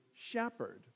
shepherd